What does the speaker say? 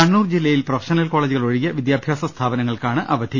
കണ്ണൂർ ജില്ലയിൽ പ്രൊഫഷണൽ കോളേജുകൾ ഒഴികെ വിദ്യാഭ്യാസ സ്ഥാപനങ്ങൾക്കാണ് അവ ധി